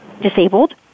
disabled